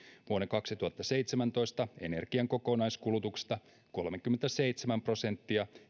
vuoden kaksituhattaseitsemäntoista energian kokonaiskulutuksesta kolmekymmentäseitsemän prosenttia